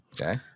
Okay